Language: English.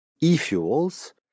e-fuels